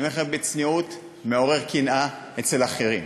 אני אומר לכם בצניעות, מעורר קנאה, אצל אחרים.